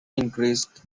increased